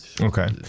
Okay